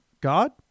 God